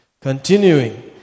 Continuing